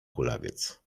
kulawiec